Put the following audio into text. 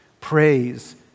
praise